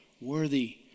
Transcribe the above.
worthy